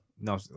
No